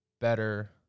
better